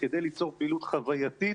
כדי ליצור פעילות חווייתית,